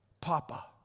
Papa